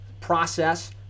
process